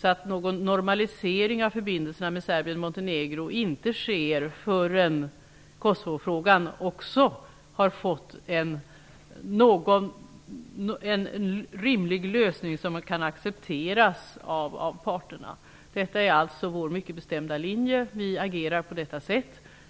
Det får inte ske någon normalisering av förbindelserna med Serbien och Montenegro förrän också Kosovofrågan har fått en rimlig lösning som kan accepteras av parterna. Detta är alltså vår mycket bestämda linje, och vi agerar utifrån den.